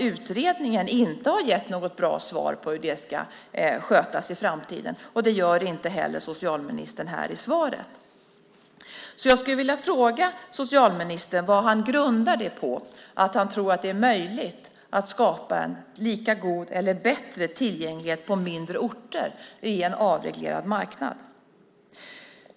Utredningen har inte gett något bra svar på hur det ska skötas i framtiden, och det gör inte heller socialministern här i svaret. Jag skulle vilja fråga socialministern vad han grundar det på att han tror att det är möjligt att skapa en lika god eller bättre tillgänglighet på mindre orter med en avreglerad marknad.